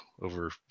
over